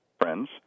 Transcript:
friends